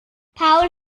paul